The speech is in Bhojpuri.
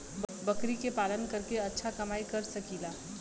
बकरी के पालन करके अच्छा कमाई कर सकीं ला?